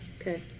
Okay